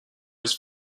his